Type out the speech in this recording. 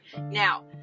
Now